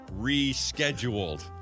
rescheduled